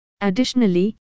Additionally